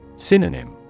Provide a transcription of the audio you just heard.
Synonym